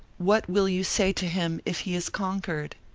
what will you say to him if he is conquered?